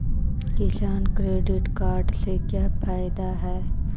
किसान credit card से का फायदा है?